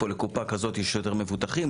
לקופה הזאת יש יותר מבוטחים,